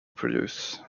produce